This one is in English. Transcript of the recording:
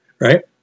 right